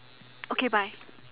okay bye